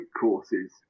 courses